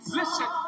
listen